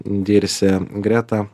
dirsė greta